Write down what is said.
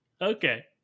Okay